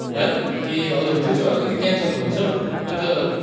है ए हजुर त्यो चाहिँ अलिकति क्यान्सेल भएछ हो अनि त